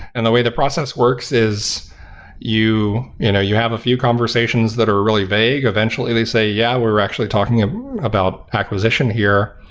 and the way that process works is you you know you have a few conversations that are really vague. eventually they say, yeah, we're actually talking about acquisition here.